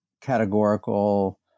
categorical